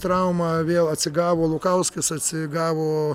trauma vėl atsigavo lukauskis atsigavo